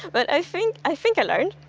but i think i think i learned.